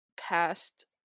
past